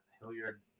Hilliard